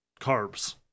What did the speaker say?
carbs